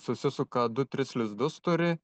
susisuka du tris lizdus turi